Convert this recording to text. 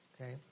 Okay